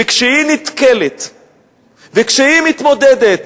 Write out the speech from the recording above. וכשהיא נתקלת וכשהיא מתמודדת